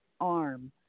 arm